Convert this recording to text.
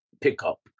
pickup